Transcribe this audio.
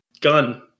gun